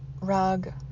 rug